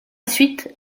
suite